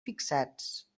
fixats